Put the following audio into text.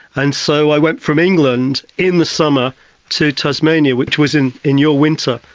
and so i went from england in the summer to tasmania, which was in in your winter.